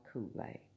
Kool-Aid